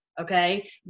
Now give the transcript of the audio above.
okay